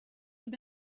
have